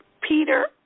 Peter